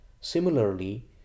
Similarly